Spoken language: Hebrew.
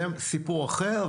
זה סיפור אחר,